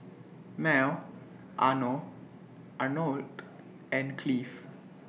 Mal Are Nor Arnold and Cleve